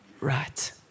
Right